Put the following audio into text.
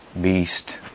beast